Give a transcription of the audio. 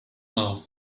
love